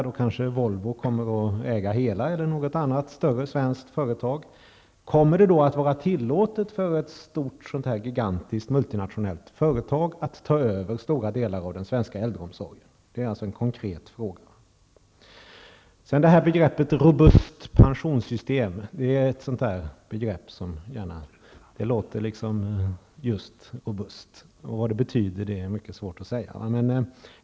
Då kommer kanske Volvo eller något annat större svenskt företag att äga alltihop. Men kommer det då att vara tillåtet för ett så här stort, så här gigantiskt, multinationellt företag att ta över en stor del av äldreomsorgen här i Sverige? Det är alltså en konkret fråga. Sedan något om begreppet robust pensionssystem. Ja, det här låter just robust. Men vad detta egentligen betyder är mycket svårt att veta.